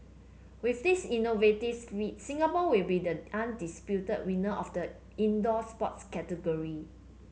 with this innovative split Singapore will be the undisputed winner of the indoor sports category